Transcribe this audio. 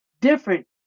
different